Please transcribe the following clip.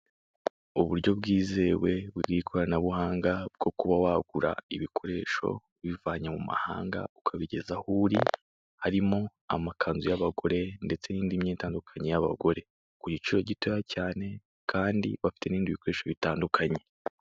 Uburyo bwizewe bw'ikoranabuhanga bwo kuba wagura ibikoresho ubivanye mumahanga ukabigeza aho uri, harimo amakanzu y'abagore ndetse nindi myenda itandukanye y'abagore kugiciro gitoya cyane kandi bafite n'ibindi bikoresho bitandukanye.